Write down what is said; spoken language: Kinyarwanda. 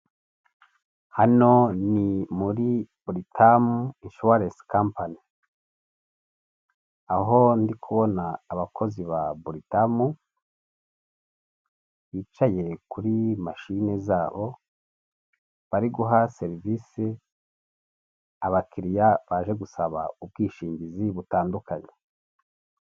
Hano ni muri buritamu ishuwarensi kapanyi aho ndibona abakozi ba butamu, bicaye kuri mashini zabo bari guha serivisi abakiriya baje gusaba ubwishingizi butandukanye.